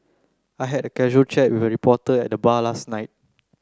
I had a casual chat with a reporter at the bar last night